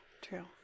True